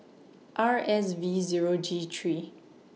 R S V Zero G three